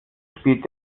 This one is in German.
spielt